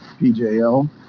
PJL